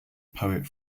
poet